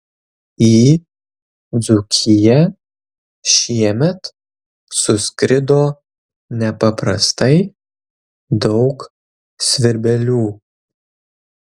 į dzūkiją šiemet suskrido nepaprastai daug svirbelių